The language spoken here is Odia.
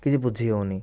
କିଛି ବୁଝି ହେଉନି